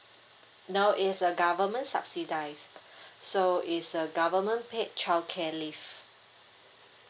no it's a government subsidise so it's a government paid childcare leave